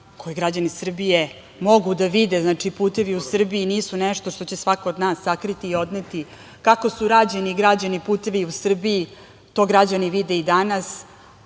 koje građani Srbije mogu da vide. Znači, putevi u Srbiji nisu nešto što će svako od nas sakriti i odneti. Kako su rađeni i građeni putevi u Srbiji, to građani Srbije vide i danas,